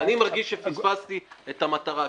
אני מרגיש שפספסתי את המטרה.